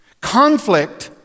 Conflict